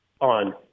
on